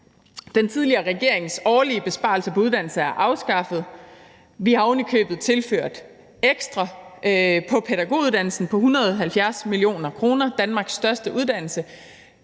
Den tidligere regerings årlige besparelse på uddannelse er afskaffet. Vi har ovenikøbet tilført 170 mio. kr. ekstra til pædagoguddannelsen, Danmarks største uddannelse.